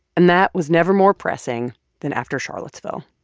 and that was never more pressing than after charlottesville